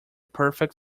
perfect